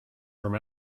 from